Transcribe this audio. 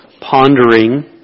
pondering